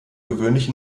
gewöhnlich